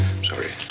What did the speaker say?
i'm sorry.